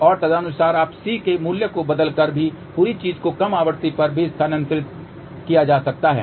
और तदनुसार आप C के मूल्य को बदल कर भी पूरी चीज को कम आवृत्ति पर भी स्थानांतरित किया जा सकता है